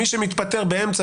מי שמתפטר באמצע,